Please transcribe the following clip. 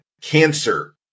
cancer